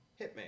Hitman